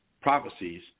prophecies